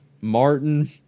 Martin